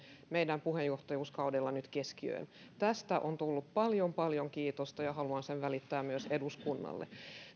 meidän puheenjohtajuuskaudella keskiöön tästä on tullut paljon paljon kiitosta ja haluan sen välittää myös eduskunnalle